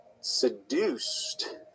seduced